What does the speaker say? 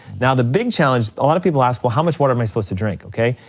now, the big challenge, a lot of people ask well, how much water am i supposed to drink, okay?